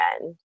end